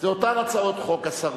אלה אותן הצעות חוק.